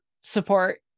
support